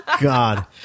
God